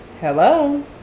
Hello